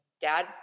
Dad